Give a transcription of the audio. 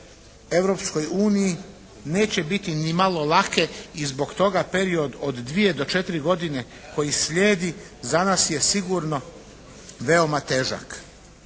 Europskoj uniji neće biti ni malo lake i zbog toga period od 2 do 4 godine koji slijedi za nas je sigurno veoma težak.